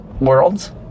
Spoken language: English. worlds